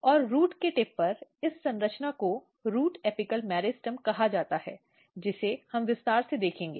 और रूट के टिप पर इस संरचना को रूट एपिकल मेरिस्टेम कहा जाता है जिसे हम विस्तार से देखेंगे